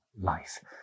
life